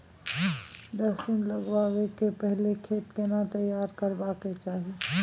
लहसुन लगाबै के पहिले खेत केना तैयार करबा के चाही?